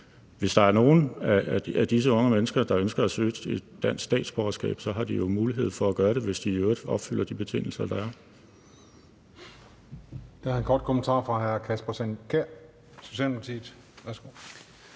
Hvis der er nogen af disse unge mennesker, der ønsker at søge et dansk statsborgerskab, så har de mulighed for at gøre det, hvis de i øvrigt opfylder de betingelser, der er.